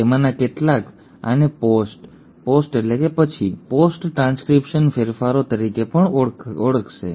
તેમાંના કેટલાક આને પોસ્ટ પોસ્ટ એટલે કે પછી પોસ્ટ ટ્રાન્સક્રિપ્શનલ ફેરફારો તરીકે પણ ઓળખશે